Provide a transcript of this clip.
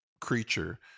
creature